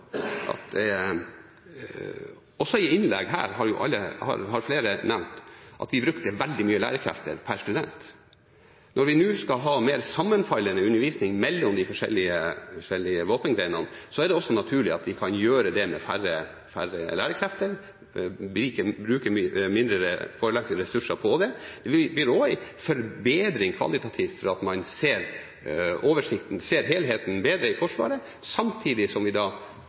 vi brukte veldig mye lærekrefter per student. Når vi nå skal ha mer sammenfallende undervisning mellom de forskjellige våpengrenene, er det også naturlig at vi kan gjøre det med færre lærerkrefter og bruke mindre foreleserressurser på det. Det vil også gi en forbedring kvalitativt fordi man får oversikten og ser helheten i Forsvaret bedre, samtidig som vi